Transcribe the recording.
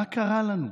מה קרה לנו?